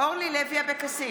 אורלי לוי אבקסיס,